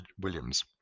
Williams